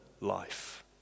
life